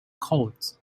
court